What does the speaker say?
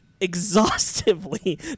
exhaustively